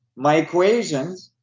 my equations,